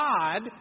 God